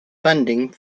funding